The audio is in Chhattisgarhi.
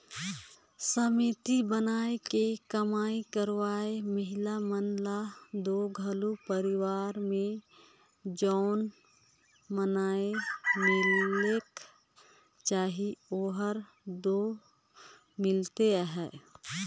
समिति बनाके कमई करइया महिला मन ल दो घर परिवार में जउन माएन मिलेक चाही ओहर दो मिलते अहे